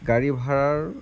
গাড়ী ভাড়াৰ